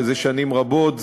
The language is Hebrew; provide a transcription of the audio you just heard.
וזה שנים רבות,